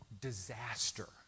disaster